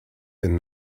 been